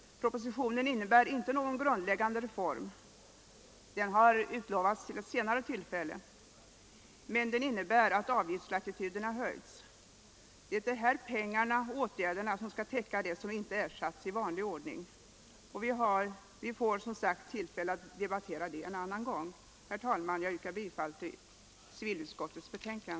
Propositionen innebär inte någon grundläggande reform — en sådan har utlovats till ett senare tillfälle — men den innebär att avgiftslatituderna vidgas. Det är de här pengarna och åtgärderna som skall täcka vad som inte ersatts i vanlig ordning. Vi får som sagt tillfälle att debattera det en annan gång. Herr talman! Jag yrkar bifall till utskottets hemställan.